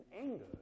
anger